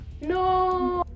No